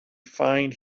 find